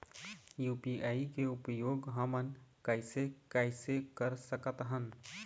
UPI के उपयोग हमन कैसे कैसे कर सकत हन?